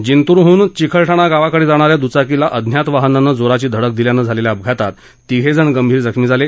जिंतूरहून चिकलठाणा गावाकडे जाणाऱ्या दुचाकीला अज्ञात वाहनानं जोराची धडक दिल्यानं झालेल्या अपघातात तिघेजण गंभीर जखमी झाले